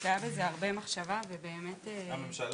צריך להשאיר את הסמכות כסמכות מקבילה שאפשר לעשות את זה גם במקומית וגם